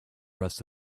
rest